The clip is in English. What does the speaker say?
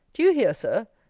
do you hear, sir?